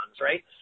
right